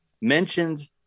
mentioned